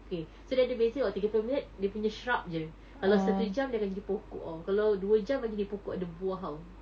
okay so dia ada beza [tau] tiga puluh minit dia punya shrub jer kalau satu jam dia akan jadi pokok [tau] kalau dua jam jadi pokok ada buah [tau]